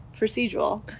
procedural